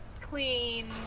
clean